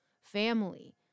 family